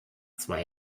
zwei